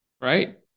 right